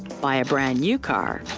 buy a brand new car,